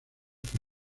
que